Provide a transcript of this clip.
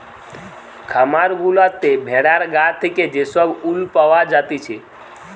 খামার গুলাতে ভেড়ার গা থেকে যে সব উল পাওয়া জাতিছে